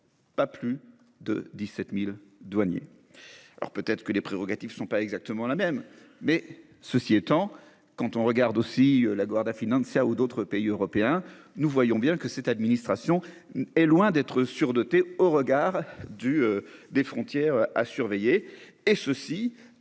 Pas plus de 17.000 douaniers.